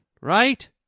Right